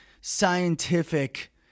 scientific